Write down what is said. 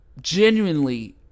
Genuinely